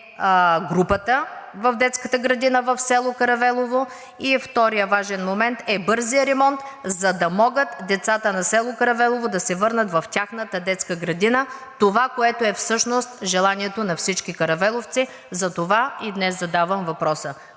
групата в детската градина в село Каравелово? И вторият важен момент е бързият ремонт, за да могат децата на село Каравелово да се върнат в тяхната детска градина. Това, което е всъщност желанието на всички каравеловци, затова и днес задавам въпроса.